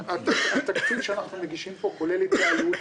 התקציב שאנחנו מגישים פה כולל התייעלות,